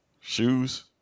shoes